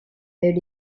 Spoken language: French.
elle